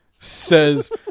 says